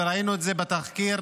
וראינו את זה בתחקיר